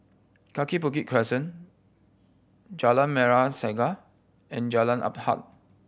Kaki Bukit Crescent Jalan Merah Saga and Jalan Asuhan